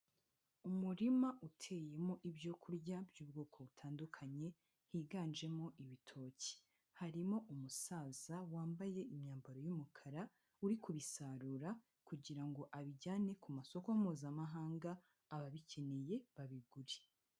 Umurima uteyemo ibyo kurya by'ubwoko butandukanye higanjemo ibitoki, harimo umusaza wambaye imyambaro y'umukara uri kubisarura kugira ngo abijyane ku masoko mpuzamahanga, ababikeneye babigure.